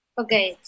Okay